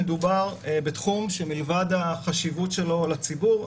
מדובר בתחום שמלבד החשיבות שלו לציבור,